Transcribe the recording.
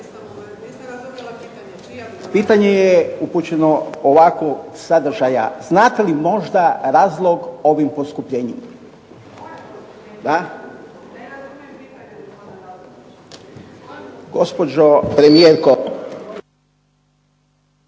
Pitanje je upućeno ovakvog sadržaja, znate li možda razlog ovim poskupljenjima? **Kosor, Jadranka